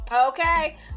Okay